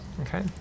okay